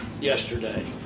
yesterday